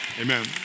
Amen